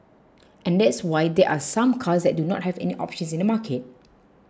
and that's why there are some cars that do not have any options in the market